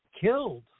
killed